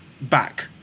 back